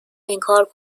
انکار